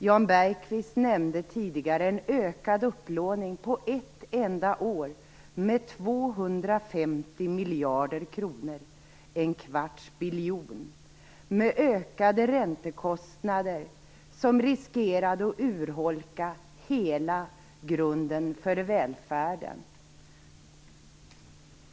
Jan Bergqvist nämnde tidigare en ökad upplåning på ett enda år med 250 miljarder kronor, en kvarts biljon, med ökade räntekostnader, som riskerade att urholka hela grunden för välfärden.